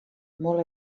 molt